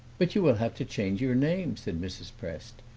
but you will have to change your name, said mrs. prest.